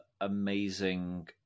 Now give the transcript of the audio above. amazing